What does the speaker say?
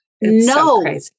no